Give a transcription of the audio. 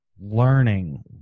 learning